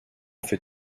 fait